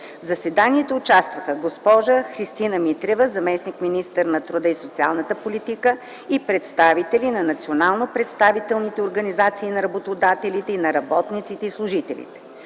В заседанието участваха: госпожа Христина Митрева – заместник-министър на труда и социалната политика, и представители на национално представителните организации на работодателите и на работниците и служителите.